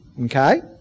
Okay